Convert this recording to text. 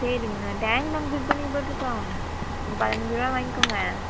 சரிங்கண்ணா டேங்க் நாங்கள் ஃபில் பண்ணி போட்ருக்கோம் ஒரு பதினஞ்சு ரூவா வாங்கிக்கோங்க